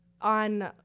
on